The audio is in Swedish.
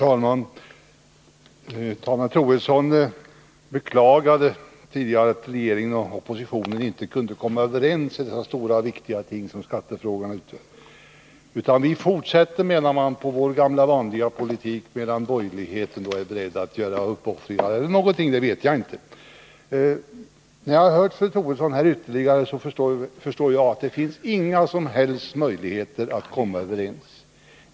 Herr talman! Fru Troedsson beklagade tidigare att regeringen och oppositionen inte kunde komma överens om de stora och viktiga ting som skattefrågan omfattar. Vi fortsätter, menar man, med vår gamla vanliga politik, medan borgerligheten är beredd att göra uppoffringar — ungefär så fördes resonemanget. Efter att nu ha lyssnat på fru Troedsson förstår jag att det inte finns några som helst möjligheter att komma överens.